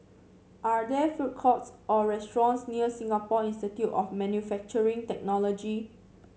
are there food courts or restaurants near Singapore Institute of Manufacturing Technology